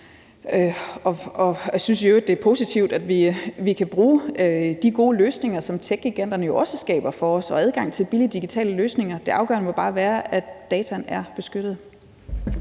Men jeg synes, at det er positivt, at vi kan bruge de gode løsninger, som techgiganterne jo også skaber for os, og bruge adgangen til de billige digitale løsninger. Det afgørende må bare være, at dataene er beskyttet.